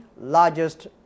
largest